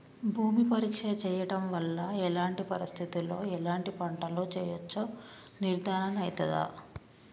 భూమి పరీక్ష చేయించడం వల్ల ఎలాంటి పరిస్థితిలో ఎలాంటి పంటలు వేయచ్చో నిర్ధారణ అయితదా?